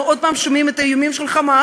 אנחנו עוד פעם שומעים את האיומים של "חמאס",